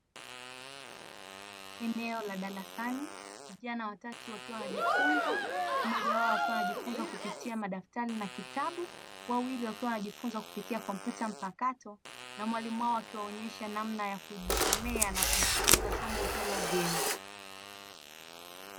Eneo la darasani, vijana watatu wakiwa wanajifunza; mmoja wao akiwa anajifunza kupitia madaftari na kitabu, wawili wakiwa wanajifunza kupitia kompyuta mpakato na mwalimu wao akiwaonesha namna ya kujisomea na kujifunza somo hilo vyema.